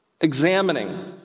examining